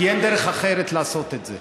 כי אין דרך אחרת לעשות את זה,